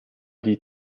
die